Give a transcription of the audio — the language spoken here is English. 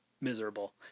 miserable